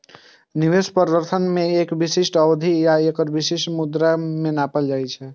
निवेश प्रदर्शन कें एक विशिष्ट अवधि आ एक विशिष्ट मुद्रा मे नापल जाइ छै